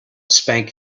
spank